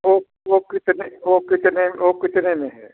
वह वह कितने वह कितने वह कितने में है